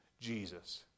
Jesus